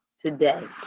today